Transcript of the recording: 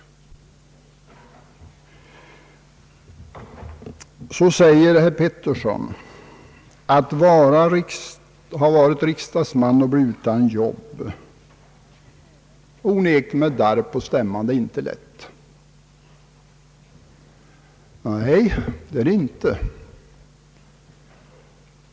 Vidare säger herr Pettersson — med darr på stämman — att det inte är lätt för en riksdagsman som blir utan jobb. Nej, det är det inte.